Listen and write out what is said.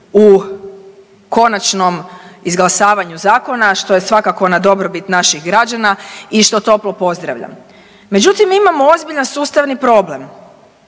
u konačnom izglasavanju zakona, a što je svakako na dobrobit naših građana i što toplo pozdravljam. Međutim, imamo ozbiljan sustavni problem.